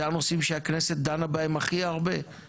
זה הנושאים שהכנסת דנה בהם הכי הרבה,